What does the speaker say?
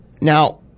Now